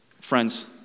Friends